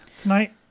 tonight